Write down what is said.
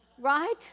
Right